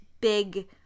big